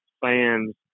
fans